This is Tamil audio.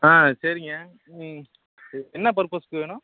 ஆ சரிங்க ம் ம் என்ன பர்ப்பஸ்க்கு வேணும்